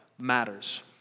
matters